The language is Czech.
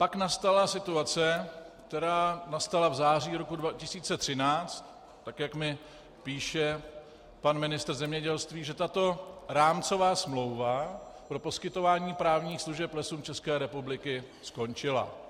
Pak nastala situace, která nastala v září roku 2013, tak jak mi píše pan ministr zemědělství, že tato rámcová smlouva pro poskytování právních služeb Lesům České republiky skončila.